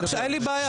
בבקשה, אין לי בעיה.